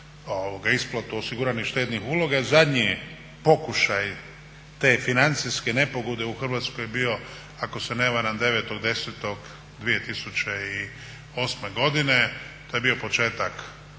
isplatu osiguranih štednih uloga, zadnji pokušaj te financijske nepogode u Hrvatskoj je bio ako se ne varam 9.10.2008.godine, to je bio početak